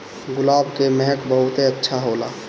गुलाब के महक बहुते अच्छा होला